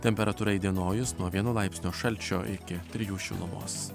temperatūra įdienojus nuo vieno laipsnio šalčio iki trijų šilumos